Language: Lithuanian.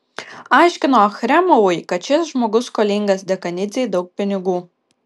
aiškino achremovui kad šis žmogus skolingas dekanidzei daug pinigų